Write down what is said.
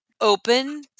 open